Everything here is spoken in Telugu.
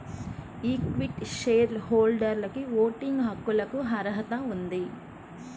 ఈక్విటీ షేర్ హోల్డర్లకుఓటింగ్ హక్కులకుఅర్హత ఉంది